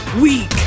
weak